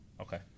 okay